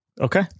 Okay